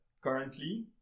currently